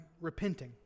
repenting